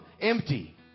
empty